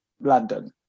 London